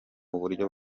uburyo